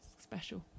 special